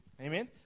Amen